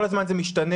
כל הזמן זה משתנה,